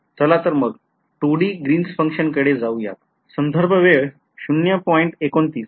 चाल तर मग 2D ग्रीन्स function कडे जाऊयात